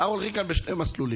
אנחנו הולכים כאן בשני מסלולים: